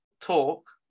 talk